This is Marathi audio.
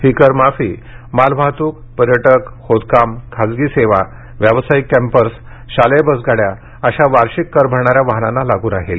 ही करमाफी मालवाहतूक पर्यटक खोदकाम खासगी सेवा व्यावसायिक कॅम्पर्स शालेय बसगाड्या अशा वार्षिक कर भरणाऱ्या वाहनांना लागू राहणार आहे